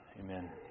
Amen